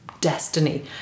destiny